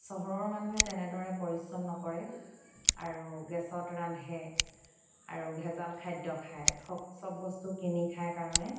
চহৰৰ মানুহে তেনেদৰে পৰিশ্ৰম নকৰে আৰু গেছত ৰান্ধে আৰু ভেজাল খাদ্য খায় সব চব বস্তু কিনি খাই কাৰণে